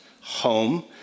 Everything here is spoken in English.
home